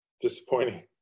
disappointing